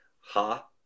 ha